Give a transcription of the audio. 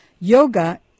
Yoga